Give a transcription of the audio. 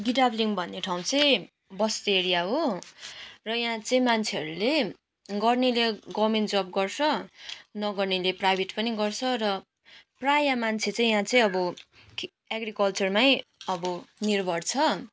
गिडाब्लिङ भन्ने ठाउँ चाहिँ बस्ती एरिया हो र यहाँ चाहि मान्छेहरूले गर्नेले गभर्मेन्ट जब गर्छ नगर्नेले प्राइभेट पनि गर्छ र प्रायः मान्छे चाहिँ यहाँ चाहिँ अब खे एग्रिकल्चरमै अब निर्भर छ